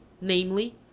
namely